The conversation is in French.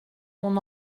mon